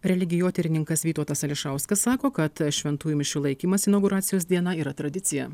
religijotyrininkas vytautas ališauskas sako kad šventųjų mišių laikymas inauguracijos dieną yra tradicija